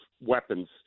weapons